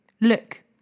Look